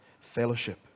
fellowship